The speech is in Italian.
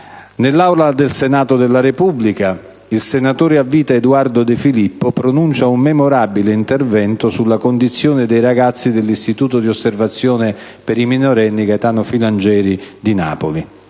Nell'Aula del Senato della Repubblica il senatore a vita Eduardo De Filippo pronuncia un memorabile intervento sulla condizione dei ragazzi dell'Istituto di osservazione per i minorenni «Gaetano Filangieri» di Napoli.